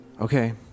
Okay